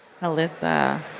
Alyssa